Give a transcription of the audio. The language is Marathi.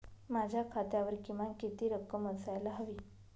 माझ्या खात्यावर किमान किती रक्कम असायला हवी?